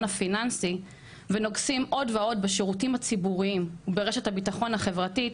הפיננסי ונוגסים עוד ועוד בשירותים הציבוריים וברשת הביטחון החברתית